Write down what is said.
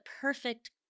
perfect